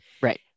Right